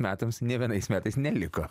metams nė vienais metais neliko